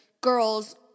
girls